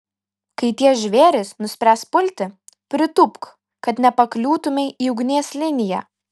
kai tie žvėrys nuspręs pulti pritūpk kad nepakliūtumei į ugnies liniją